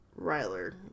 Ryler